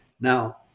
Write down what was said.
Now